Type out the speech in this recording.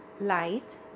light